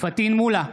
פטין מולא,